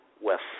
West